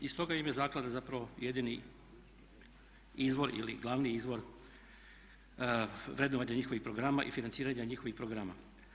I stoga im je zaklada zapravo jedini izvor ili glavni izvor vrednovanja njihovih programa i financiranja njihovih programa.